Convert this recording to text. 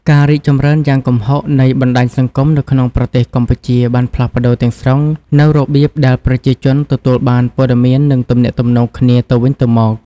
ការរីកចម្រើនយ៉ាងគំហុកនៃបណ្តាញសង្គមនៅក្នុងប្រទេសកម្ពុជាបានផ្លាស់ប្តូរទាំងស្រុងនូវរបៀបដែលប្រជាជនទទួលបានព័ត៌មាននិងទំនាក់ទំនងគ្នាទៅវិញទៅមក។